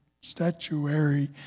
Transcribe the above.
statuary